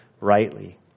rightly